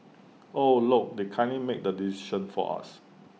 oh look they've kindly made the decision for us